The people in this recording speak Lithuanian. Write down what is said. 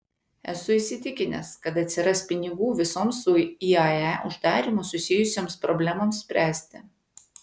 esu įsitikinęs kad atsiras pinigų visoms su iae uždarymu susijusioms problemoms spręsti